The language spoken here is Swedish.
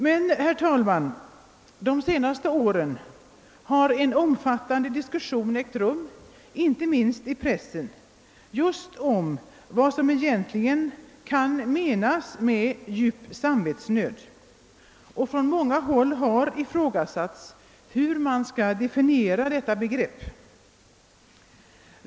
Men, herr talman, de senaste åren har en omfattande diskussion ägt rum, inte minst i pressen, just om vad som egentligen kan menas med »djup samvetsnöd», och från många håll har ifrå gasatts hur man skall definiera detta begrepp.